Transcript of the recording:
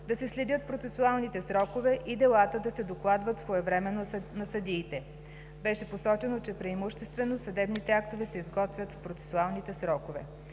да се следят процесуалните срокове и делата да се докладват своевременно на съдиите. Беше посочено, че преимуществено съдебните актове се изготвят в процесуалните срокове.